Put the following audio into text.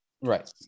right